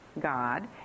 God